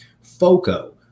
FOCO